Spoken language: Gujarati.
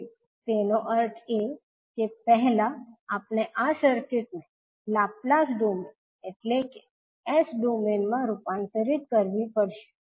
તેથી તેનો અર્થ એ કે આપણે પહેલા આ સર્કિટને લાપ્લાસ ડોમેન એટલે કે S ડોમેઈન માં રૂપાંતરિત કરવી પડશે